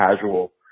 casual